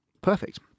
perfect